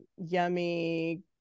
yummy